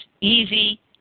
easy